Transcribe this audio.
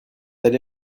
allé